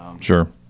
Sure